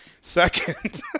Second